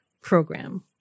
program